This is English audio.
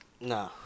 Nah